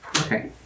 Okay